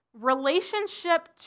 relationship